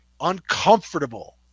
uncomfortable